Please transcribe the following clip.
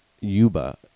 yuba